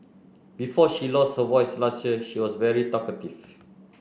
before she lost her voice last year she was very talkative